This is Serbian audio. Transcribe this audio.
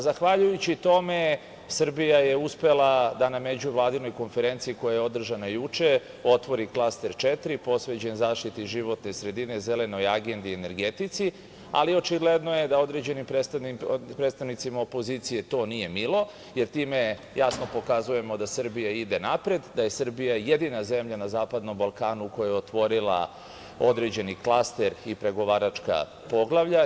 Zahvaljujući tome Srbija je uspela da na međuvladinoj konferenciji koja je održana juče, otvori klaster 4, posvećen zaštiti životne sredine, zelenoj agendi energetici, ali očigledno je da određeni predstavnicima opozicije to nije milo, jer time jasno pokazujemo da Srbija ide napred, da je Srbija jedina zemlja na zapadnom Balkanu koja je otvorila određeni klaster i pregovaračka poglavlja.